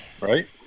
right